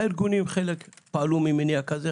הארגונים חלק פעלו ממניע כזה.